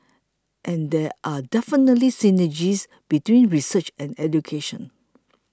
and there are definitely synergies between research and education